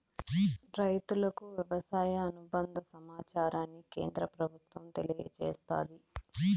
రైతులకు వ్యవసాయ అనుబంద సమాచారాన్ని కేంద్ర ప్రభుత్వం తెలియచేస్తాది